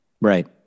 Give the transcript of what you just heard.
Right